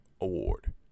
Award